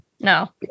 No